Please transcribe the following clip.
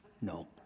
No